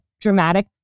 dramatic